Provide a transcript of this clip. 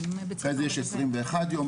אחרי זה יש 21 יום.